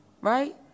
right